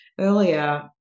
earlier